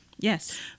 yes